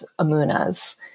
Amunas